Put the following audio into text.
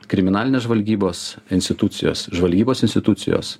kriminalinės žvalgybos institucijos žvalgybos institucijos